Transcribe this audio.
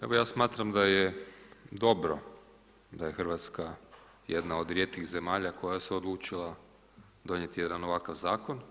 Evo ja smatram da je dobro da je Hrvatska jedna od rijetkih zemalja koja se odlučila donijeti jedan ovakav zakon.